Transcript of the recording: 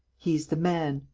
he's the man.